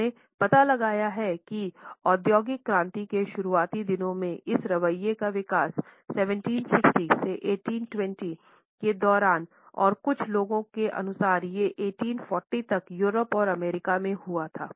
उसने पता लगाया है औद्योगिक क्रांति के शुरुआती दिनों में इस रवैये का विकास 1760 से 1820 के दौरान और कुछ लोगों के अनुसार ये 1840 तक यूरोप और अमरीका में हुआ था